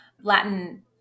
Latin